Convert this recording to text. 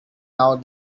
now